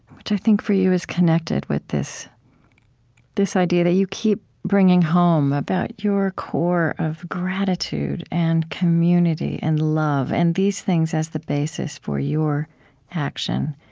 which i think for you is connected with this this idea that you keep bringing home about your core of gratitude and community and love and these things as the basis for your action.